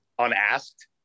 unasked